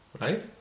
right